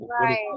right